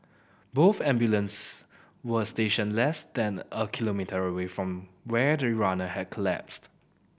both ambulances were stationed less than a kilometre away from where the runner had collapsed